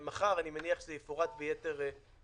אני מניח שזה יפורט מחר ביתר הרחבה.